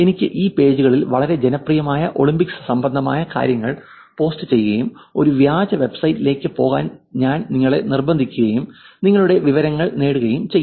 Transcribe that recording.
എനിക്ക് ഈ പേജുകളിൽ വളരെ ജനപ്രിയമായ ഒളിമ്പിക്സ് സംബന്ധമായ കാര്യങ്ങൾ പോസ്റ്റ് ചെയ്യുകയും ഒരു വ്യാജ വെബ്സൈറ്റിലേക്ക് പോകാൻ ഞാൻ നിങ്ങളെ നിർബന്ധിക്കുകയും നിങ്ങളുടെ വിവരങ്ങൾ നേടുകയും ചെയ്യും